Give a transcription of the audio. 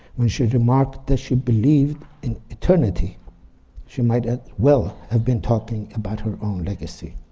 when she remarked that she believed in eternity she might as well have been talking about her own legacy.